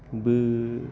बो